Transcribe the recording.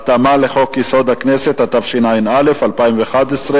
(התאמה לחוק-יסוד: הכנסת), התשע"א 2011,